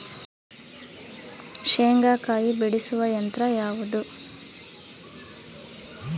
ಶೇಂಗಾಕಾಯಿ ಬಿಡಿಸುವ ಯಂತ್ರ ಯಾವುದು?